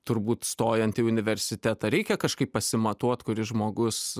turbūt stojant į universitetą reikia kažkaip pasimatuot kuris žmogus